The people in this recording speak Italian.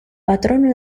patrono